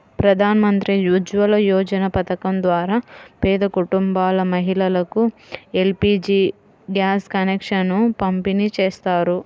ప్రధాన్ మంత్రి ఉజ్వల యోజన పథకం ద్వారా పేద కుటుంబాల మహిళలకు ఎల్.పీ.జీ గ్యాస్ కనెక్షన్లను పంపిణీ చేస్తారు